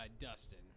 Dustin